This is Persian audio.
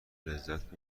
لذت